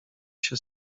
się